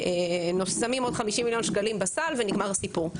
שמים עוד 50 מיליון שקלים בסל ונגמר הסיפור,